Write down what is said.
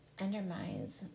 undermines